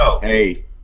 Hey